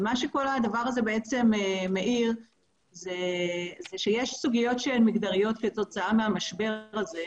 יש סוגיות שהן מגדריות כתוצאה מהמשבר הזה,